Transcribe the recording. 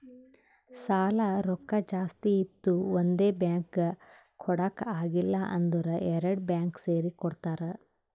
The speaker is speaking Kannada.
ಸಾಲಾ ರೊಕ್ಕಾ ಜಾಸ್ತಿ ಇತ್ತು ಒಂದೇ ಬ್ಯಾಂಕ್ಗ್ ಕೊಡಾಕ್ ಆಗಿಲ್ಲಾ ಅಂದುರ್ ಎರಡು ಬ್ಯಾಂಕ್ ಸೇರಿ ಕೊಡ್ತಾರ